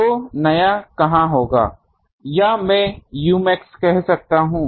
तो नया कहां होगा या मैं umax कह सकता हूं